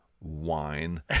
wine